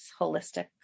holistic